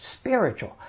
spiritual